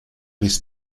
bis